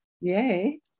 Yay